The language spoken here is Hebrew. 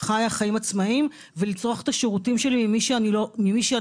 חיה חיים עצמאיים ולצרוך את השירותים שלי ממי שאני רוצה.